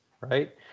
right